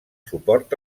suport